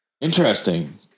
Interesting